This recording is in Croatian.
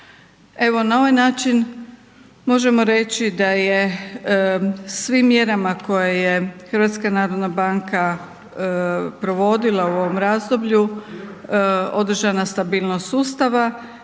Evo na ovaj način možemo reći da je svim mjerama koje je HNB provodila u ovom razdoblju održana stabilnost sustava